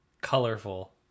colorful